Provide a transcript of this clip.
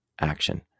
action